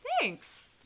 Thanks